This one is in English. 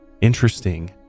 interesting